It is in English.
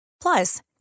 Plus